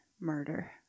murder